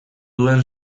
duen